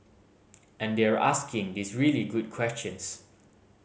and they're asking these really good questions